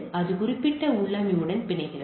அது குறிப்பிட்ட உள்ளமைவுடன் பிணைக்கிறது